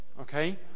Okay